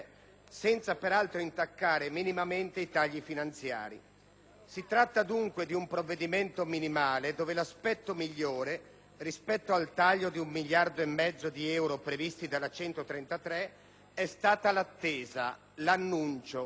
senza peraltro intaccare minimamente i tagli finanziari. Si tratta dunque di un provvedimento minimale il cui aspetto migliore, rispetto al taglio di un miliardo e mezzo di euro previsto dalla legge n. 133, è stata l'attesa, l'annuncio,